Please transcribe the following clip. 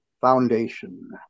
foundation